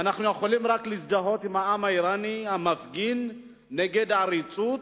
אנחנו יכולים רק להזדהות עם העם האירני המפגין נגד העריצות,